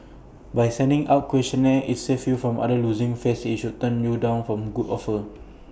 by sending out questionnaire IT saves you from other losing face if she should turn your down from good offer